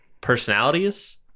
personalities